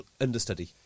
understudy